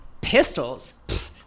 pistols